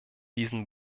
diesen